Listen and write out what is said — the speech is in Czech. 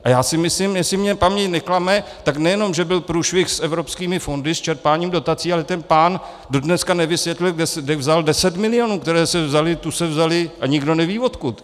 A já si myslím, jestli mě paměť neklame, tak nejenom že byl průšvih s evropskými fondy, s čerpáním dotací, ale ten pán do dneška nevysvětlil, kde vzal deset milionů, které se vzaly, tu se vzaly, a nikdo neví odkud.